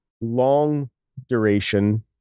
long-duration